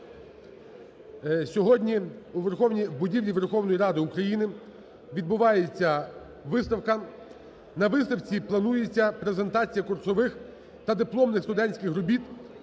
Сьогодні у будівлі Верховної Ради України відбувається виставка. На виставці планується презентація курсових та дипломних студентських робіт